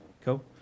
Cool